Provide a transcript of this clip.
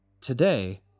today